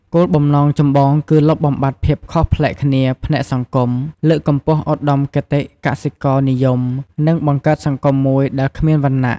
គោលបំណងចម្បងគឺលុបបំបាត់ភាពខុសប្លែកគ្នាផ្នែកសង្គម លើកកម្ពស់ឧត្តមគតិកសិករនិយម និងបង្កើតសង្គមមួយដែលគ្មានវណ្ណៈ។